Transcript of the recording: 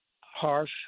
harsh